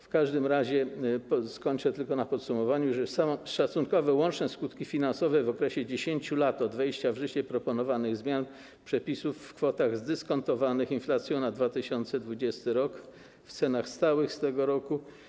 W każdym razie zakończę tylko podsumowaniem, że są wyliczone szacunkowe łączne skutki finansowe w okresie 10 lat od wejścia w życie proponowanych zmian przepisów w kwotach zdyskontowanych inflacją na 2020 r. w cenach stałych z tego roku.